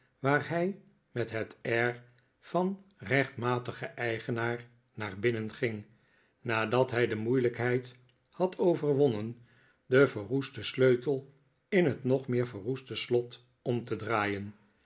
waar hij met het air van rechtmatigen eigenaar naar binnen ging nadat hij de moeilijkheid had overwonnen den verroesten sleutel in het nog meer verroeste slot om te draaien